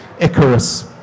Icarus